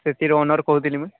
ସେଥିର ଓନୋର୍ କହୁଥିଲି ମୁଁ